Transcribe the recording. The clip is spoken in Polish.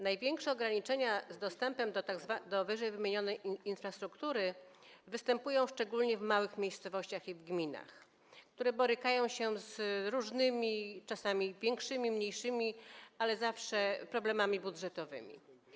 Największe ograniczenia dostępu do ww. infrastruktury występują szczególnie w małych miejscowościach i gminach, które borykają się z różnymi, czasami większymi, mniejszymi, ale zawsze problemami budżetowymi.